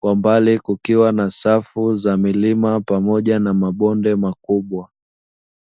Kwa mbali kukiwa na safu za milima pamoja na mabonde makubwa.